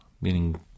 meaning